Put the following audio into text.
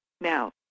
now